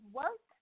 work